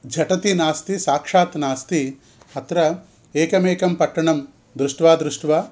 झटिति नास्ति साक्षात् नास्ति अत्र एकमेकं पट्टणं दृष्ट्वा दृष्ट्वा